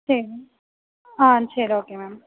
சரி ஆ சரி ஓகே மேம்